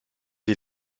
sie